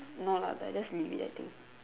no lah I just leave it I think